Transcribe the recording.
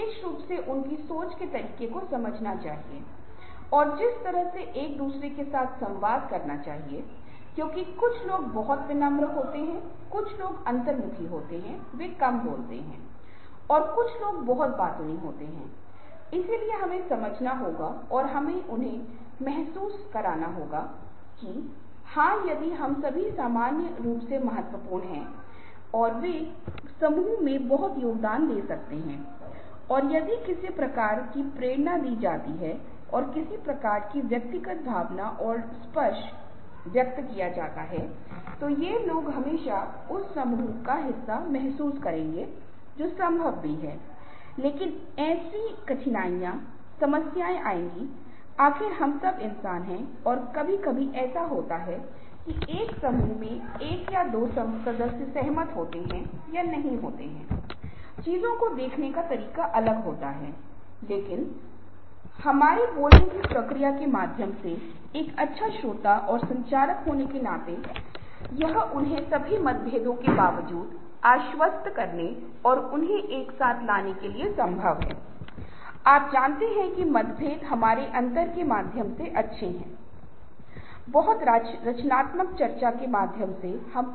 यदि आप किसी पेशे में काम कर रहे हैं तो कम तनाव होगा उन्नति के अवसर बढ़ेगे जीवन के लक्ष्यों के साथ साथ वाहक लक्ष्यों को प्राप्त करने के अधिक से अधिक अवसर होने और यदि आप समय का प्रबंधन करने में विफल रहते हैं तो आप समय सीमा को याद कर रहे हैं और यदि आप प्रक्रिया उद्योग में काम कर रहे हैं जहां एक विभाग का उत्पादन दूसरे विभाग के लिए इनपुट हो जाएगा तब उस मामले में अकुशल कार्य प्रवाह होगा यदि आप समय का प्रबंधन करने में असमर्थ हैं तो यह खराब कार्य गुणवत्ता होगा और अपराध की भावनाओं को जन्म देगा अपर्याप्तता अवसाद आत्म संदेह खराब प्रतिष्ठा और रुका हुआ कैरियर और उच्च तनाव का परिणाम होगा